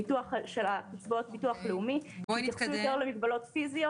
קצבאות ביטוח לאומי שהתייחסו יותר למגבלות פיזיות.